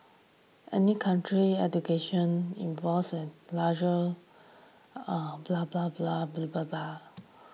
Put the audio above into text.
any country's education larger